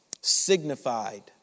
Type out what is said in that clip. signified